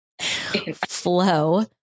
flow